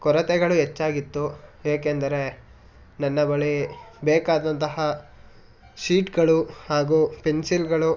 ಕೊರತೆಗಳು ಹೆಚ್ಚಾಗಿತ್ತು ಏಕೆಂದರೆ ನನ್ನ ಬಳಿ ಬೇಕಾದಂತಹ ಶೀಟ್ಗಳು ಹಾಗೂ ಪೆನ್ಸಿಲ್ಗಳು